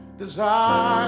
desire